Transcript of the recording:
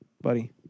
buddy